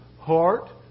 Heart